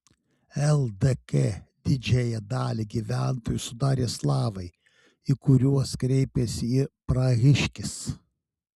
ldk didžiąją dalį gyventojų sudarė slavai į kuriuos kreipėsi ir prahiškis